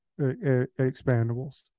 expandables